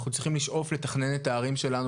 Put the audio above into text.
אנחנו צריכים לשאוף לתכנן את הערים שלנו